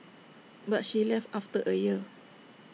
but she left after A year